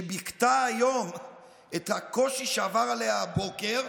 שביכתה היום את הקושי שעבר עליה הבוקר,